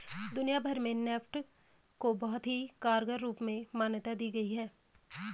दुनिया भर में नेफ्ट को बहुत ही कारगर रूप में मान्यता दी गयी है